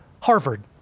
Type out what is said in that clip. Harvard